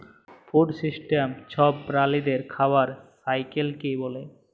food system ছব প্রালিদের খাবারের সাইকেলকে ব্যলে